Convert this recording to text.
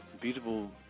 beautiful